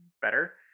better